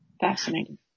Fascinating